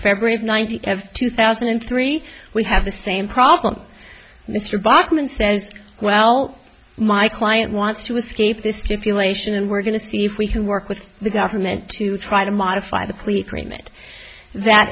february of ninety two thousand and three we have the same problem mr bachmann says well my client wants to escape this stipulation and we're going to see if we can work with the government to try to modify the clique remit that